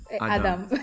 Adam